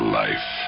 life